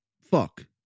fuck